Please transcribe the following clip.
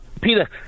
Peter